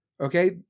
Okay